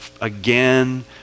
again